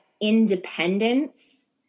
independence